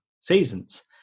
seasons